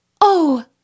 Oh